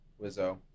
Wizzo